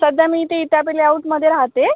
सध्या मी इथे इटाबेली हाउसमध्ये राहते